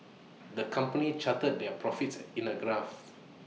the company charted their profits in A graph